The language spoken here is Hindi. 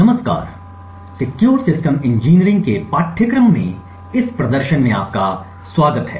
नमस्कार और सुरक्षित सिस्टम इंजीनियरिंग के पाठ्यक्रम में इस प्रदर्शन का स्वागत है